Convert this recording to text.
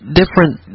different